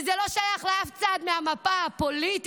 וזה לא שייך לאף צד מהמפה הפוליטית,